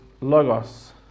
logos